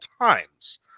times